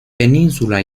península